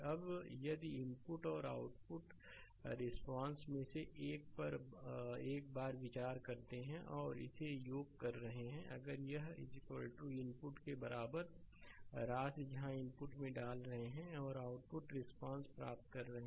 अब यदि इनपुट और आउटपुट रिस्पांस में से एक पर एक बार विचार कर रहे हैं और इसे योग कर रहे हैं अगर यह कि इनपुट के बराबर राशि जहां इनपुटमें डाल रहे हैं और आउटपुटरिस्पांस प्राप्त कर रहे हैं